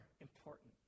important